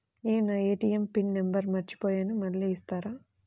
నేను నా ATM PIN number మర్చిపోయాను మళ్ళీ ఇస్తారా?